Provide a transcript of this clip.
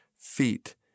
feet